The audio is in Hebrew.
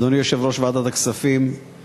אדוני יושב-ראש ועדת הכספים,